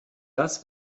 das